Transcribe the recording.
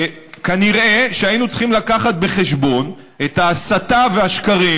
כנראה שהיינו צריכים להביא בחשבון את ההסתה והשקרים